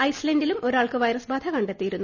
ഐസ്ലന്റിലും ഒരാൾക്ക് വൈറസ് ബാധ കണ്ടെത്തിയിരുന്നു